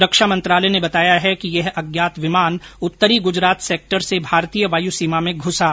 रक्षा मंत्रालय ने बताया है कि यह अज्ञात विमान उत्तरी ग्रजरात सेक्टर से भारतीय वायू सीमा में घुसा